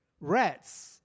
Rats